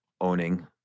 owning